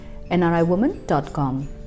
nriwoman.com